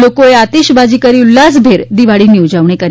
લોકોએ આતીશબાજી કરી ઉલ્લાસભેર દિવાળીની ઉજવણી કરી હતી